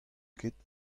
ket